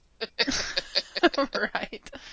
Right